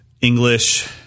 English